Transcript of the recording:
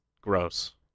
gross